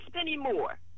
anymore